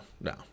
no